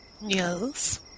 Yes